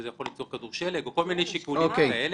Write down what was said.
אולי זה יכול ליצור כדור שלג או כל מיני שיקולים כאלה.